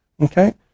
Okay